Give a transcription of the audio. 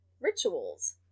rituals